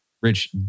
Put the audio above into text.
Rich